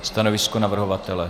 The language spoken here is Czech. Stanovisko navrhovatele?